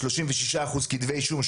36 אחוז כתבי אישום,